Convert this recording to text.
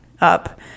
up